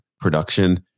production